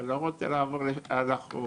אתה לא רוצה לעבור על החוק